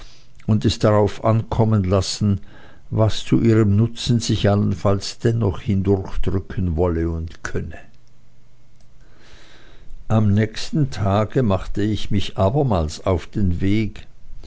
und es darauf ankommen lassen was zu ihrem nutzen sich allenfalls dennoch hindurchdrücken wolle und könne am nächsten tage machte ich mich abermals auf den weg